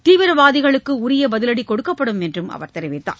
தீவிரவாதிகளுக்கு உரிய பதிலடி கொடுக்கப்படும் என்றும் அவர் தெரிவித்தார்